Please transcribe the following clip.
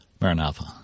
Maranatha